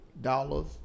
dollars